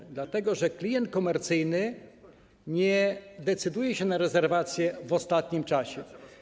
Pytam, dlatego że klient komercyjny nie decyduje się na rezerwacje w ostatnim czasie.